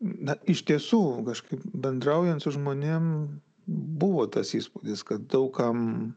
na iš tiesų kažkaip bendraujant su žmonėm buvo tas įspūdis kad daug kam